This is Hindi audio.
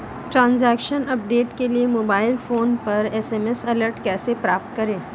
ट्रैन्ज़ैक्शन अपडेट के लिए मोबाइल फोन पर एस.एम.एस अलर्ट कैसे प्राप्त करें?